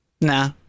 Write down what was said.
nah